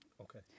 Okay